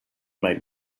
might